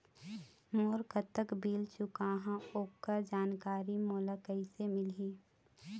मोर कतक बिल चुकाहां ओकर जानकारी मोला कैसे मिलही?